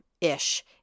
ish